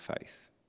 faith